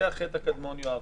זה החטא הקדמון, יואב.